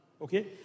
Okay